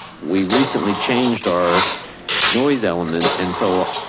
we recently changed our noise element. and so